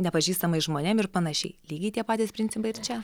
nepažįstamais žmonėm ir panašiai lygiai tie patys principai ir čia